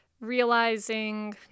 realizing